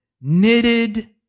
knitted